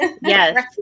Yes